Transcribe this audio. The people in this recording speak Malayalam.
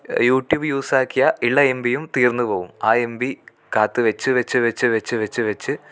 യൂട്യൂബ് യൂസാക്കിയാൽ ഉള്ള എമ്പിയും തീർന്നു പോകും ആ എ മ്പി കാത്ത് വെച്ച് വെച്ച് വെച്ച് വെച്ച് വെച്ച് വെച്ച്